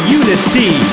unity